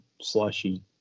slushy